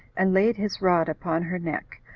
and laid his rod upon her neck,